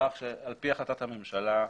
לכך שעל פי החלטת הממשלה,